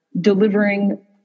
delivering